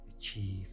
achieve